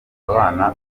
abana